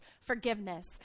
forgiveness